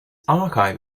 archive